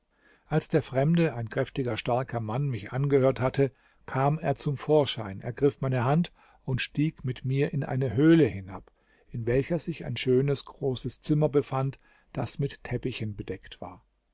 als der fremde ein kräftiger starker mann mich angehört hatte kam er zum vorschein ergriff meine hand und stieg mit mir in eine höhle hinab in welcher sich ein schönes großes zimmer befand das mit teppichen bedeckt war